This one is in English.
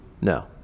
No